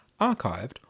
Archived